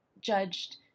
judged